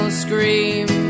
scream